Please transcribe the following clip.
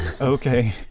Okay